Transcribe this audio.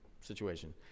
situation